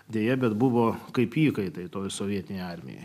deja bet buvo kaip įkaitai toje sovietinėje armijoje